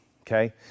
Okay